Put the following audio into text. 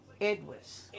Edwards